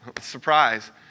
Surprise